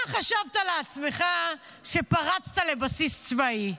מה חשבת לעצמך כשפרצת לבסיס צבאי?